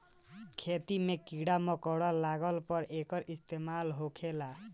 खेती मे कीड़ा मकौड़ा लगला पर एकर इस्तेमाल होखेला